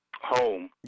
home